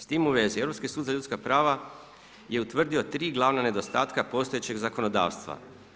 S time u vezi Europski sud za ljudska prava je utvrdio tri glavna nedostatka postojećeg zakonodavstva.